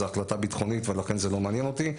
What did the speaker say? זו החלטה ביטחונית ולכן זה לא מעניין אותי.